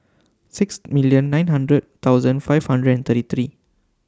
six million nine hundred thousand five hundred and thirty three